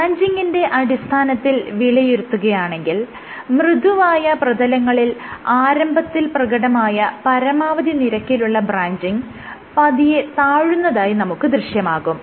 ബ്രാഞ്ചിങിന്റെ അടിസ്ഥാനത്തിൽ വിലയിരുത്തുകയാണെങ്കിൽ മൃദുവായ പ്രതലങ്ങളിൽ ആരംഭത്തിൽ പ്രകടമായ പരമാവധി നിരക്കിലുള്ള ബ്രാഞ്ചിങ് പതിയെ താഴുന്നതായി നമുക്ക് ദൃശ്യമാകും